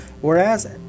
Whereas